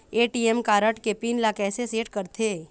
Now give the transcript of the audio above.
ATM card के pin ला कैसे सेट करथे?